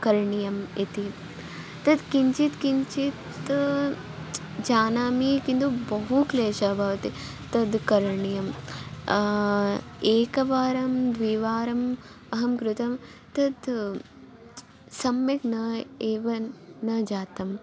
करणीयम् इति तद् किञ्चित् किञ्चित् जानामि किन्तु बहु क्लेशः भवति तद् करणीयम् एकवारं द्विवारम् अहं कृतं तद् सम्यक् न एव न जातम्